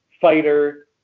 fighter